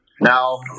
now